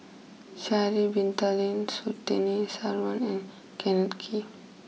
Sha'ari Bin Tadin Surtini Sarwan and Kenneth Kee